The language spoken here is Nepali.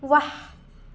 वाह